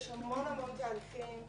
יש המון תהליכים,